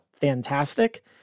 fantastic